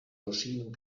maschinen